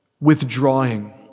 withdrawing